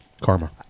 karma